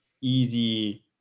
easy